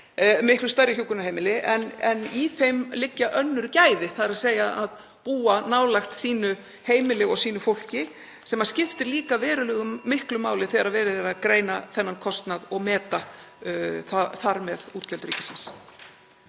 miklu stærri hjúkrunarheimili, en í þeim liggja önnur gæði, þ.e. að búa nálægt sínu heimili og sínu fólki. Það skiptir líka verulega miklu máli þegar verið er að greina þennan kostnað og meta þar með útgjöld ríkisins.